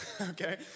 okay